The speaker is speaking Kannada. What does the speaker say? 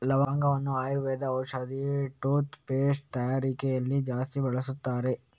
ಲವಂಗವನ್ನ ಆಯುರ್ವೇದ ಔಷಧ, ಟೂತ್ ಪೇಸ್ಟ್ ತಯಾರಿಕೆಯಲ್ಲಿ ಜಾಸ್ತಿ ಬಳಸ್ತಾರೆ